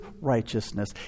righteousness